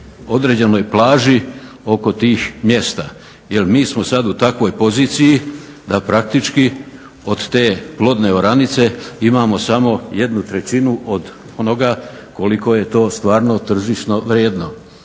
određenoj plaži oko tih mjesta, jer mi smo sad u takvoj poziciji da praktički od te plodne oranice imamo samo 1/3 od onoga koliko je to stvarno tržišno vrijedno.